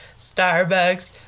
Starbucks